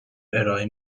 ارائه